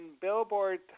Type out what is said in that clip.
Billboard